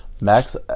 Max